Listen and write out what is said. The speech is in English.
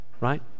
right